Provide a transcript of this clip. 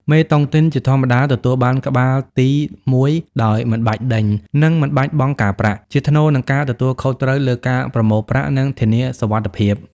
មេតុងទីនជាធម្មតាទទួលបានក្បាលទីមួយដោយមិនបាច់ដេញ និងមិនបាច់បង់ការប្រាក់ ជាថ្នូរនឹងការទទួលខុសត្រូវលើការប្រមូលប្រាក់ និងធានាសុវត្ថិភាព។